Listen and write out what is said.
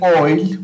oil